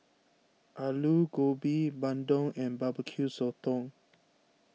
Aloo Gobi Bandung and Barbecue Sotong